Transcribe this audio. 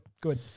good